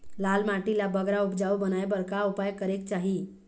लाल माटी ला बगरा उपजाऊ बनाए बर का उपाय करेक चाही?